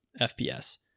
fps